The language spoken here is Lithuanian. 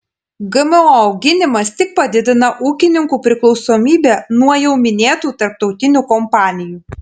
gmo auginimas tik padidina ūkininkų priklausomybę nuo jau minėtų tarptautinių kompanijų